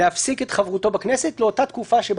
להפסיק את חברותו בכנסת לאותה תקופה שבה